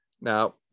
Now